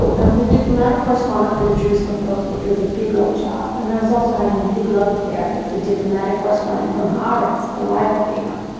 i was the diplomatic correspondent for the jerusalem post, which was a big old job, and i was also having a big love affair with the diplomatic correspondent from haaretz, the rival paper.